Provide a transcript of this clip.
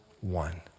one